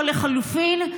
או לחלופין,